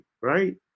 right